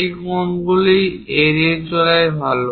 এই কোণগুলি এড়িয়ে চলাই ভাল